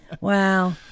Wow